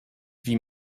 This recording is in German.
wie